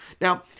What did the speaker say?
Now